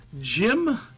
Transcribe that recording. Jim